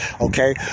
Okay